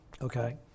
Okay